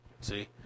see